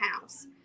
house